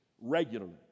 regularly